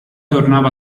tornava